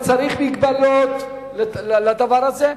צריך הגבלות לדבר הזה,